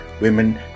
women